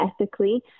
ethically